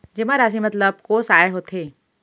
जेमा राशि मतलब कोस आय होथे?